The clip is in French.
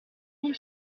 mille